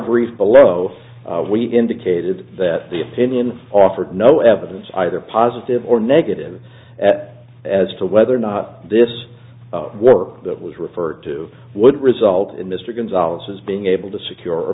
brief below we indicated that the opinion offered no evidence either positive or negative at as to whether or not this work that was referred to would result in mr gonzales as being able to secure